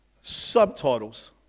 subtitles